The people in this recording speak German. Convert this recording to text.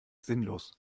sinnlos